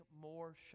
more